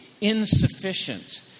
insufficient